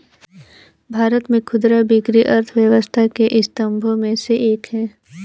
भारत में खुदरा बिक्री अर्थव्यवस्था के स्तंभों में से एक है